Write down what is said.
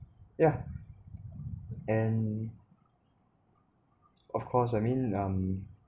yeah and of course I mean um